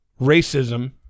racism